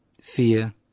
fear